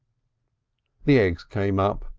the eggs came up.